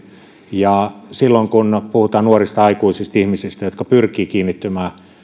ja silloin kun puhutaan nuorista aikuisista ihmisistä jotka pyrkivät kiinnittymään